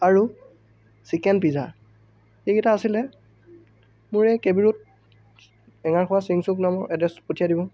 আৰু chicken pizza এইকেইটা আছিল মোৰ এ কে বি ৰোড হেঙ্গাৰখোৱা চিংচুক নামৰ এড্ৰেছটোত পঠিয়াই দিব